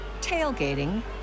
tailgating